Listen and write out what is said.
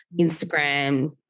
instagram